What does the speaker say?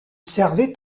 servaient